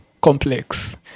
Complex